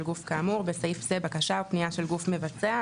גוף כאמור (בסעיף זה - בקשה או פנייה של גוף מבצע),